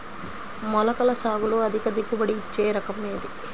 మొలకల సాగులో అధిక దిగుబడి ఇచ్చే రకం ఏది?